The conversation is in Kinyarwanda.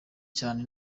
cyane